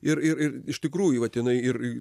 ir ir ir iš tikrųjų vat jinai ir